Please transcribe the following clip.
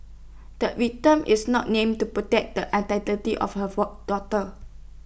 the victim is not named to protect the identity of her for daughter